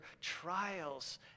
trials